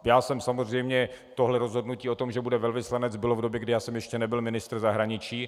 Já jsem samozřejmě tohle rozhodnutí o tom, že bude velvyslanec, bylo v době, kdy já jsem ještě nebyl ministr zahraničí.